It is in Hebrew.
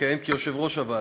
שתכהן כיושבת-ראש הוועדה,